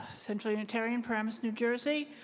central unitarian, paramus, new jersey.